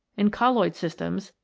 in colloid systems,